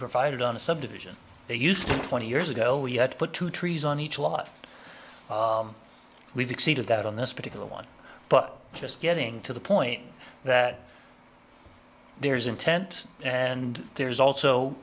provided on a subdivision they used twenty years ago we had to put two trees on each lot we've exceeded that on this particular one but just getting to the point that there's intent and there's also